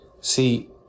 See